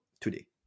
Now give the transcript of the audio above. today